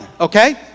okay